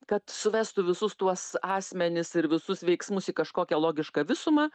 kad suvestų visus tuos asmenis ir visus veiksmus į kažkokią logišką visumą